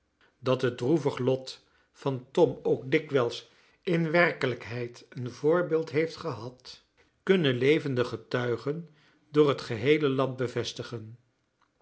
dat het droevig lot van tom ook dikwijls in werkelijkheid een voorbeeld heeft gehad kunnen levende getuigen door het geheele land bevestigen